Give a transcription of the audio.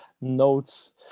notes